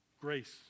grace